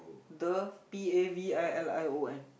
the P A V I L I O N